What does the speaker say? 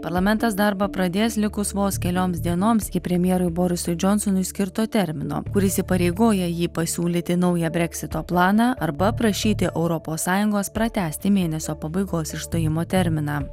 parlamentas darbą pradės likus vos kelioms dienoms iki premjerui borisui džonsonui skirto termino kuris įpareigoja jį pasiūlyti naują breksito planą arba prašyti europos sąjungos pratęsti mėnesio pabaigos išstojimo terminą